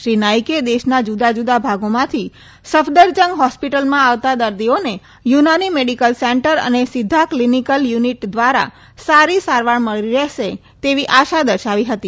શ્રી નાઇકે દેશના જદા જુદા ભાગોમાંથી સફદરજંગ હોટેસ્પટલમાં આવતા દર્દીઓને થનાની મેડિકલ સેન્ટર અને સિધ્ધા કલીનીકલ યુનિટ દ્વારા સારી સારવાર મળી રહેશે તેવી આશા દર્શાવી હતી